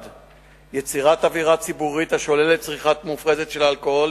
1. יצירת אווירה ציבורית השוללת צריכה מופרזת של אלכוהול